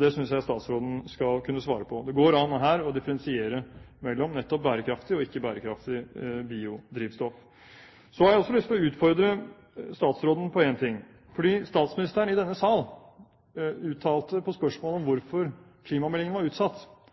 Det synes jeg statsråden skal kunne svare på. Det går an her å differensiere mellom nettopp bærekraftig og ikke-bærekraftig biodrivstoff. Så har jeg lyst til å utfordre statsråden på én ting: Statsministeren uttalte i denne sal til spørsmålet om hvorfor klimameldingen var utsatt,